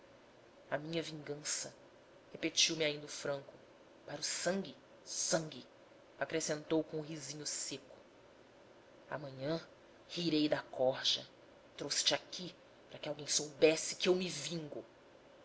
a minha vingança repetiu-me ainda o franco para o sangue sangue acrescentou com o risinho seco amanhã rirei da corja trouxe te aqui para que alguém soubesse que eu me vingo